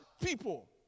people